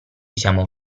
siamo